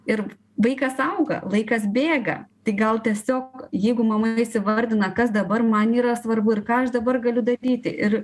ir vaikas auga laikas bėga tai gal tiesiog jeigu mama įsivardina kas dabar man yra svarbu ir ką aš dabar galiu daryti ir